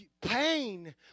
Pain